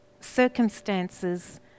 circumstances